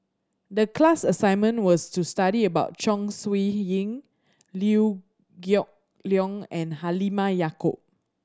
the class assignment was to study about Chong Siew Ying Liew Geok Leong and Halimah Yacob